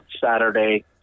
Saturday